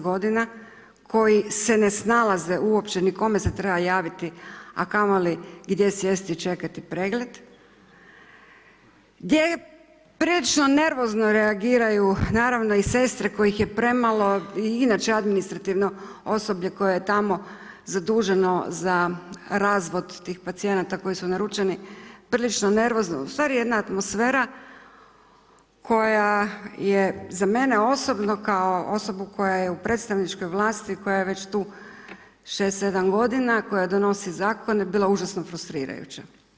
90 g. koji se ne snalaze uopće ni kome se treba javiti a kamoli gdje sjesti i čekati pregled, gdje prilično nervozno reagiraju naravno i sestre kojih je premalo i inače administrativno osoblje koje je tamo zaduženo za razvod tih pacijenata koji su naručeni, prilično nervozno, ustvari jedna atmosfera koja je za mene osobno kao osobu koja je u predstavničkoj vlasti, koja je već tu 6, 7 g., koja donosi zakone, bilo užasno frustrirajuće.